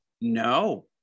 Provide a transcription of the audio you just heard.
no